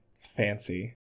Fancy